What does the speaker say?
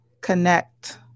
connect